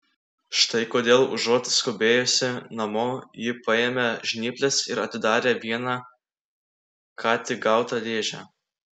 štai kodėl užuot skubėjusi namo ji paėmė žnyples ir atidarė vieną ką tik gautą dėžę